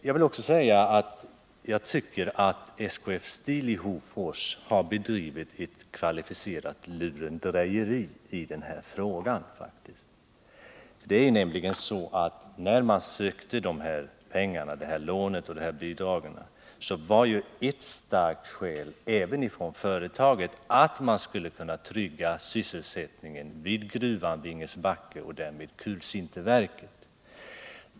Jag vill också säga att jag tycker att SKF Steel i Hofors har bedrivit ett kvalificerat lurendrejeri i den här frågan. Det förhåller sig nämligen så, att Nr 48 när företaget ansökte om de här pengarna i form av lån och bidrag, var ett Måndagen den starkt skäl härför att man skulle kunna trygga sysselsättningen vid gruvan i 10 december 1979 Vingesbacke och därmed vid kulsinterverket.